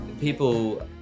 people